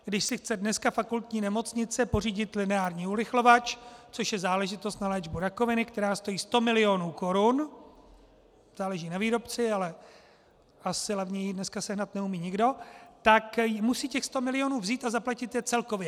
Když si chce dneska fakultní nemocnice pořídit lineární urychlovač, což je záležitost na léčbu rakoviny, která stojí 100 milionů korun záleží na výrobci, ale asi levněji dneska sehnat neumí nikdo tak musí těch 100 milionů vzít a zaplatit je celkově.